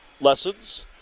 lessons